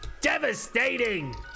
devastating